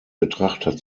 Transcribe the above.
betrachter